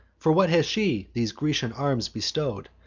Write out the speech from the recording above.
for what has she these grecian arms bestow'd,